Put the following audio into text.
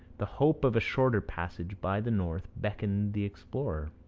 the hope of a shorter passage by the north beckoned the explorer.